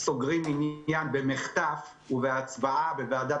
סוגרים עניין במחטף ובהצבעה בוועדת